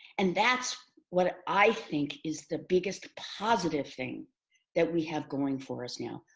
and that's what i think is the biggest positive thing that we have going for us now.